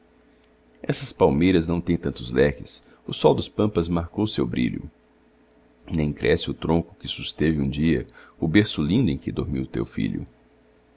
essas palmeiras não tem tantos leques o sol das pampas marcou seu brilho nem cresce o tronco que susteve um dia o berço lindo em que dormiu teu filho